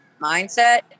mindset